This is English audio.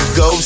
go